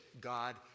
God